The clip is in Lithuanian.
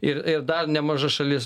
ir dar nemaža šalis